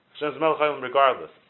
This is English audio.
regardless